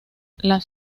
las